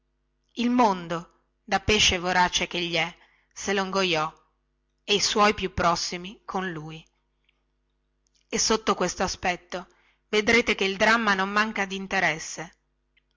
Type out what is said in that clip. il mondo da pesce vorace chegli è se lo ingoiò e i suoi più prossimi con lui e sotto questo aspetto vedete che il dramma non manca dinteresse